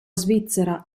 svizzera